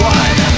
one